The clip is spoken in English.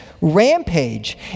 rampage